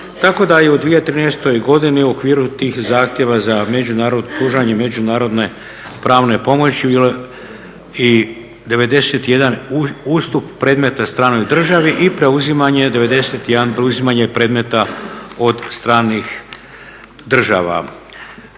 tako da je u 2013. godini u okviru tih zahtjeva za pružanje međunarodne pravne pomoći bilo i 91 ustup predmeta stranoj državi i preuzimanje 91, preuzimanje predmeta od stranih država.